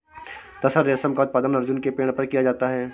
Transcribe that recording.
तसर रेशम का उत्पादन अर्जुन के पेड़ पर किया जाता है